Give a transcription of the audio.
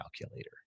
calculator